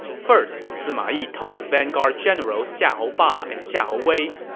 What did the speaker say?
first, so ah he told his vanguard generals xiahou ba and xiahou wei,